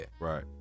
right